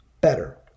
Better